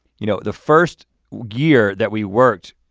you know the first year that we worked,